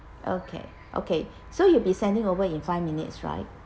okay okay so you'll be sending over in five minutes right